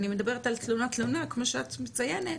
אני מדברת על תלונה תלונה כמו שאת מציינת,